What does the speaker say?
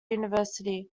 university